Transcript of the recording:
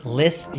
list